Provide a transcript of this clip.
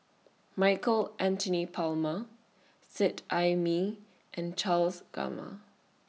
Michael Anthony Palmer Seet Ai Mee and Charles Gamma